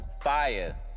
fire